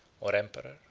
or emperor.